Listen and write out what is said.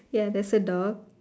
ya there's a dog